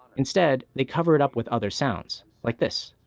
instead they cover it up with other sounds like this